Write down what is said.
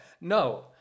No